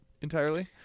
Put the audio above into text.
entirely